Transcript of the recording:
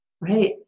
Right